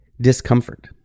discomfort